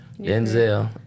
Denzel